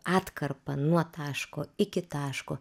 atkarpą nuo taško iki taško